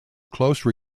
close